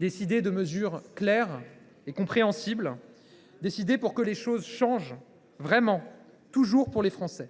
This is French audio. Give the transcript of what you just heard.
Décider de mesures claires et compréhensibles ; décider pour que les choses changent vraiment, toujours pour les Français.